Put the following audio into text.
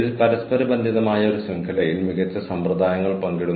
അവർ മനസ്സിലാക്കിയ എച്ച്ആർ സിസ്റ്റങ്ങളിലേക്കും ഫീഡ് നൽകുന്നു